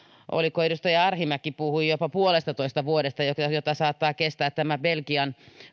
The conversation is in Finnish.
oliko edustaja arhinmäki joka puhui jopa puolestatoista vuodesta jonka saattaa kestää tämä belgian